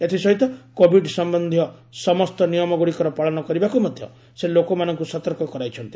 ଏଥିସହିତ କୋବିଡ୍ ସମନ୍ଧୀୟ ସମସ୍ତ ନିୟମଗ୍ରଡ଼ିକର ପାଳନ କରିବାକୁ ମଧ୍ୟ ସେ ଲୋକମାନଙ୍କୁ ସତର୍କ କରାଇଛନ୍ତି